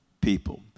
people